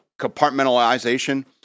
compartmentalization